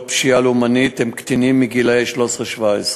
פשיעה לאומנית הם קטינים בגיל 13 17,